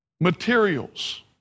materials